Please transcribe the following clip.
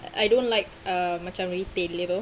I don't like err macam retail begitu